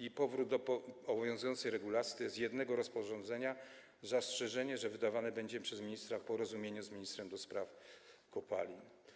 i powrót do obowiązującej regulacji, tj. jednego rozporządzenia, z zastrzeżeniem, że wydawane będzie przez ministra w porozumieniu z ministrem do spraw kopalin.